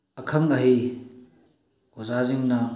ꯑꯈꯪ ꯑꯍꯩ ꯑꯣꯖꯥꯁꯤꯡꯅ